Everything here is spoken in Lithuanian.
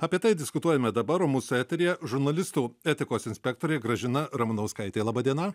apie tai diskutuojame dabar mūsų eteryje žurnalistų etikos inspektorė gražina ramanauskaitė laba diena